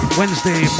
wednesday